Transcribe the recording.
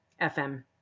FM